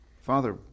Father